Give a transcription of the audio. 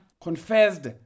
confessed